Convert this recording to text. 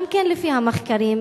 גם כן לפי המחקרים,